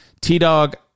T-Dog